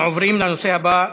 אנחנו עוברים לנושא הבא: